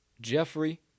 Jeffrey